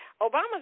Obama's